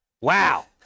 Wow